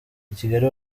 ikigali